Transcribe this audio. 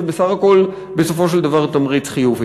זה בסך הכול בסופו של דבר תמריץ חיובי.